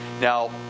Now